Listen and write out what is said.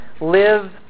Live